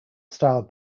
style